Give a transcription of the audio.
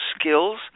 skills